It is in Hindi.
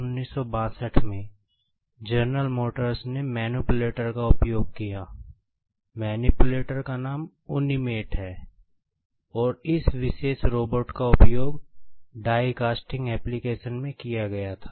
1954 में मैनीपुलेटर का उपयोग डाई कास्टिंग एप्लिकेशन में किया गया था